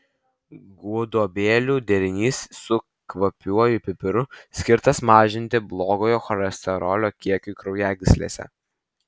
gudobelių derinys su kvapiuoju pipiru skirtas mažinti blogojo cholesterolio kiekiui kraujagyslėse